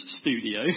studio